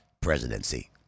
presidency